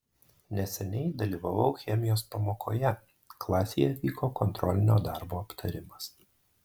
neseniai dalyvavau chemijos pamokoje klasėje vyko kontrolinio darbo aptarimas